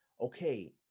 okay